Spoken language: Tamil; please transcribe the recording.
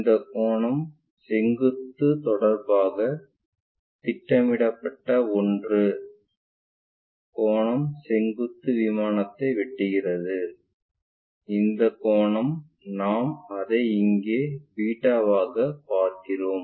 இந்த கோணம் செங்குத்து தொடர்பாகத் திட்டமிடப்பட்ட ஒன்று கோணம் செங்குத்து விமானத்தை வெட்டுகிறது அந்த கோணம் நாம் அதை இங்கே பீட்டாவாக பார்க்கிறோம்